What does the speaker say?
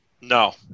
No